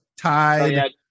Tide